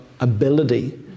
ability